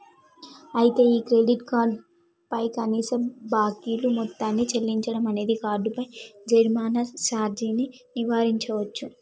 అయితే ఈ credit card పై కనీస బాకీలు మొత్తాన్ని చెల్లించడం అనేది కార్డుపై జరిమానా సార్జీని నివారించవచ్చు